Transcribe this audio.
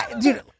Dude